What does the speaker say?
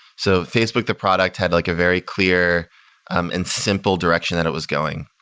so facebook the product had like a very clear and simple direction that it was going.